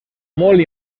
molt